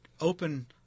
open